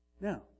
Now